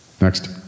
Next